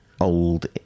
old